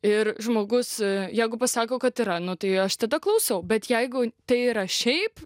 ir žmogus jeigu pasako kad yra nu tai aš tada klausau bet jeigu tai yra šiaip